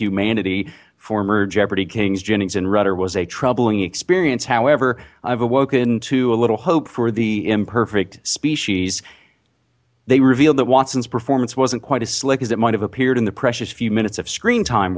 humanity former jeopardy kings jennings and rutter was a troubling experience however i've awoken to a little hope for the imperfect species they revealed that watson's performance wasn't quite as slick as it might've appeared in the precious few minutes of screen time